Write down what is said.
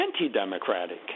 anti-democratic